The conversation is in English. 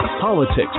politics